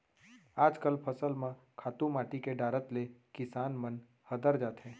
आजकल फसल म खातू माटी के डारत ले किसान मन हदर जाथें